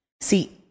See